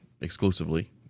exclusively